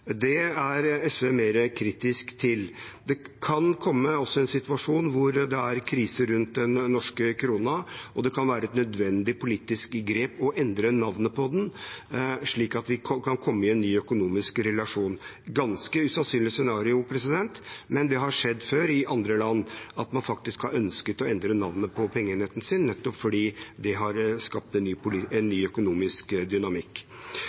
Det er SV mer kritisk til. Det kan komme en situasjon hvor det er krise rundt den norske krona og det kan være et nødvendig politisk grep å endre navnet på den, slik at vi kan komme i en ny økonomisk relasjon. Det er et ganske usannsynlig scenario, men det har skjedd før, i andre land, at man faktisk har ønsket å endre navnet på pengeenheten sin, nettopp fordi det har skapt en ny